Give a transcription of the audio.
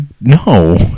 No